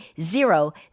Zero